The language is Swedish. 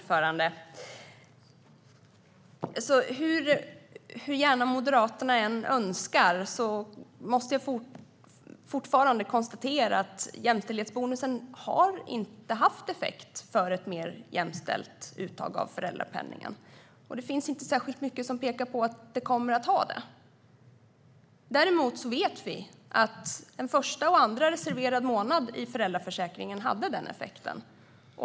Fru talman! Hur gärna Moderaterna än önskar det måste jag fortfarande konstatera att jämställdhetsbonusen inte har haft effekt för ett mer jämställt uttag av föräldrapenningen. Det finns heller inte särskilt mycket som pekar på att den kommer att ha det. Däremot vet vi att en första och en andra reserverad månad i föräldraförsäkringen hade den effekten.